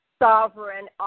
sovereign